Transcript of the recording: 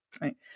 Right